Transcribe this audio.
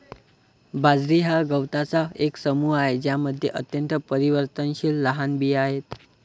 बाजरी हा गवतांचा एक समूह आहे ज्यामध्ये अत्यंत परिवर्तनशील लहान बिया आहेत